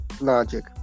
logic